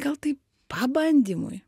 gal tai pabandymui